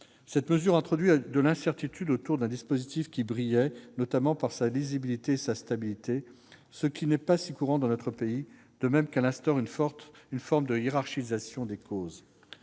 Cette mesure introduit de l'incertitude autour d'un dispositif qui brillait notamment par sa lisibilité et par sa stabilité, ce qui n'est pas si courant dans notre pays ; elle instaure en outre une forme de hiérarchisation des causes.